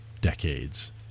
decades